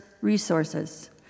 resources